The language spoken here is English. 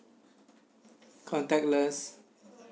contactless